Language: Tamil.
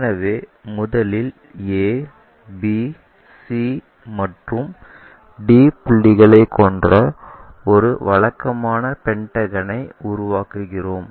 எனவே முதலில் a b c மற்றும் d புள்ளிகளைக் கொண்ட ஒரு வழக்கமான பென்டகனை உருவாக்குகிறோம்